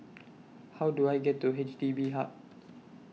How Do I get to H D B Hub